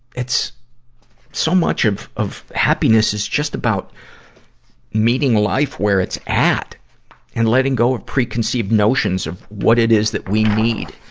it's so much of, of happiness is just about meeting life where it's at and letting go of preconceived notions of what it is that we need,